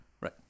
Right